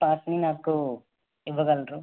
పార్ట్ని నాకు ఇవ్వగలరు